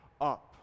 up